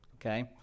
Okay